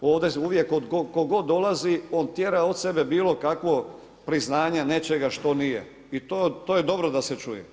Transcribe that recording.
Ovdje uvijek tko god dolazi, on tjera bilo kakvo priznanje nečega što nije i to je dobro da se čuje.